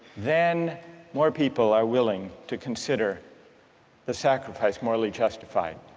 then more people are willing to consider the sacrifice morally justified.